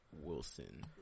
Wilson